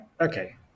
Okay